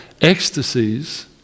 ecstasies